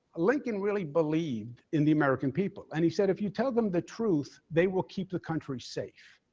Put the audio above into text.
lincoln really believed in the american people, and he said, if you tell them the truth, they will keep the country safe.